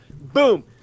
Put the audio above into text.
boom